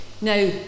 Now